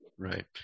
Right